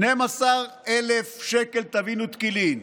12,000 שקל טבין ותקילין.